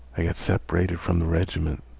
i got separated from the reg'ment.